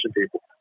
people